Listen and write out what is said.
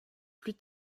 plus